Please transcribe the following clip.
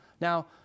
Now